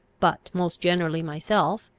but most generally myself,